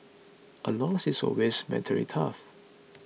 a loss is always mentally tough